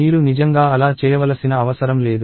మీరు నిజంగా అలా చేయవలసిన అవసరం లేదు